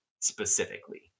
specifically